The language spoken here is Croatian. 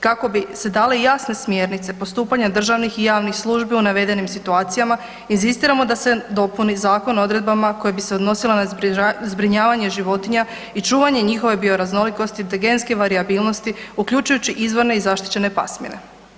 Kako bi se dale jasne smjernice postupanja državnih i javnih službi u navedenim situacijama inzistiramo da se dopuni zakon odredbama koje bi se odnosile na zbrinjavanje životinja i čuvanje njihove bioraznolikosti te genske varijabilnosti uključujući izvorne i zaštićene pasmine.